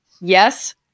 Yes